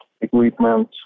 equipment